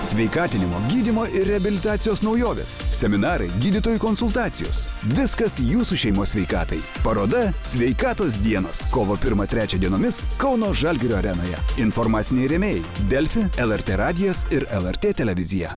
sveikatinimo gydymo ir reabilitacijos naujovės seminarai gydytojų konsultacijos viskas jūsų šeimos sveikatai paroda sveikatos dienos kovo pirmą trečią dienomis kauno žalgirio arenoje informaciniai rėmėjai delfi lrt radijas ir lrt televizija